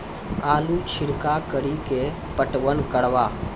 आलू छिरका कड़ी के पटवन करवा?